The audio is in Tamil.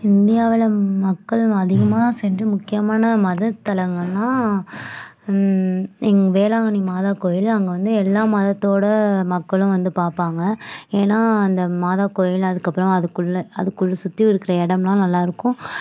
இந்தியாவில் மக்கள் அதிகமாக சென்று முக்கியமான மத தலங்கள்னால் இங் வேளாங்கண்ணி மாதா கோயில் அங்கே வந்து எல்லா மதத்தோட மக்களும் வந்து பார்ப்பாங்க ஏன்னால் அந்த மாதா கோயில் அதுக்கப்புறம் அதுக்குள்ளே அதுக்குள்ளே சுற்றி இருக்கிற இடம்லாம் நல்லாயிருக்கும்